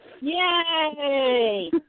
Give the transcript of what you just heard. Yay